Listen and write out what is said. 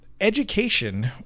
education